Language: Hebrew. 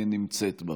נמצאת בה.